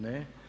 Ne.